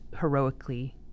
heroically